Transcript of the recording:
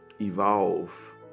evolve